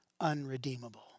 unredeemable